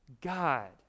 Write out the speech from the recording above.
God